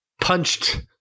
punched